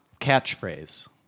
catchphrase